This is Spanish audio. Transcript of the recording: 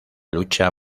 lucha